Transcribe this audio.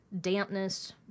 dampness